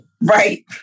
Right